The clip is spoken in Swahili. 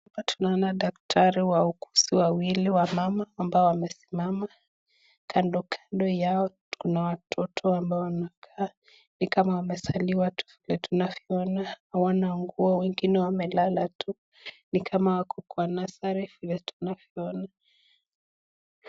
Hapa tunaona dakatari wauguzi wawili wamama ambao wamesimama. Kando kando yao kuna watoto ambao wanakaa ni kama wamezaliwa tu vile tunavyoona hawana nguo, wengine wamelala tu ni kama wako kwa nasari vile tunavyoona.